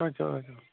آچھا آچھا